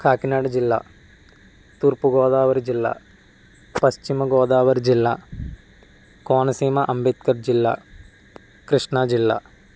కాకినాడ జిల్లా తూర్పుగోదావరి జిల్లా పశ్చిమగోదావరి జిల్లా కోనసీమ అంబేద్కర్ జిల్లా కృష్ణా జిల్లా